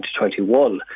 2021